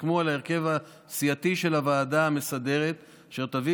וסיכמו על ההרכב הסיעתי של הוועדה המסדרת אשר תביא